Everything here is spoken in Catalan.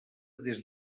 des